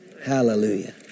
Hallelujah